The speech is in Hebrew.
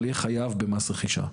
אבל יהיה חייב במס רכישה.